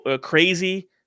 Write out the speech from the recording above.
crazy